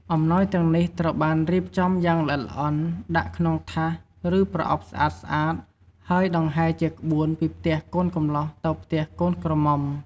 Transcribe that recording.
អំណោយទាំងនេះត្រូវបានរៀបចំយ៉ាងល្អិតល្អន់ ដាក់ក្នុងថាស ឬប្រអប់ស្អាតៗ ហើយដង្ហែជាក្បួនពីផ្ទះកូនកំលោះទៅផ្ទះកូនក្រមុំ។